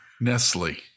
Nestle